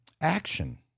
action